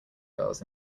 girls